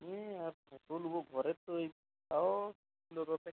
ওই আর কত লোক ঘরের তো এই তাও কিলো দশেক